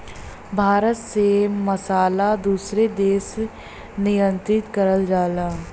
भारत से मसाला दूसरे देश निर्यात करल जाला